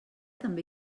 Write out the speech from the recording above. també